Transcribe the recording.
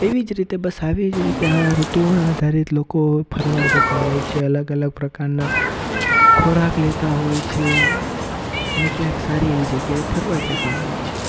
એવી જ રીતે બસ આવી જ રીતે આ ઋતુઓ આધારિત લોકો ફરવા જતાં હોય છે અલગ અલગ પ્રકારના ખોરાક લેતા હોય છે એના અને ક્યાંક સારી એવી જગ્યાએ ફરવા જતા હોય છે